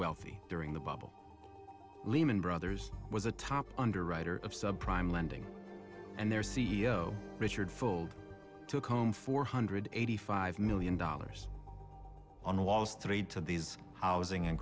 wealthy during the bubble lehman brothers was a top underwriter of subprime lending and their c e o richard fuld took home four hundred eighty five million dollars on a last trade to these housing and